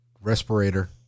respirator